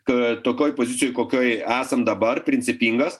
tokioj pozicijoj kokioj esam dabar principingas